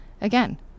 again